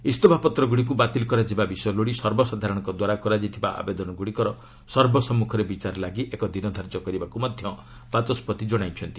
ଇସ୍ତଫାପତ୍ରଗୁଡ଼ିକୁ ବାତିଲ କରାଯିବା ବିଷୟ ଲୋଡ଼ି ସର୍ବସାଧାରଣଙ୍କ ଦ୍ୱାରା କରାଯାଇଥିବା ଆବେଦନଗୁଡ଼ିକର ସର୍ବସମ୍ମୁଖରେ ବିଚାର ଲାଗି ଏକ ଦିନଧାର୍ଯ୍ୟ କରିବାକୁ ମଧ୍ୟ ବାଚସ୍କତି କଣାଇଛନ୍ତି